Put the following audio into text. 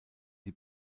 die